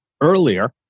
earlier